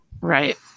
Right